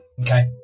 okay